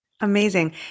Amazing